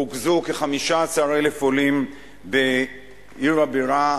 רוכזו כ-15,000 עולים בעיר הבירה אדיס-אבבה,